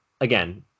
again